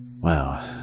Wow